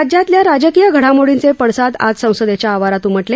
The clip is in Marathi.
राज्यातल्या राजकीय घडामोडींचे पडसाद आज संसदेच्या आवारात उमटले